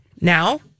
Now